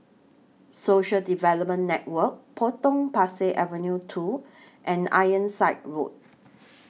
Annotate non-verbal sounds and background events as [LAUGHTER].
Social Development Network Potong Pasir Avenue two [NOISE] and Ironside Road